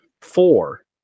four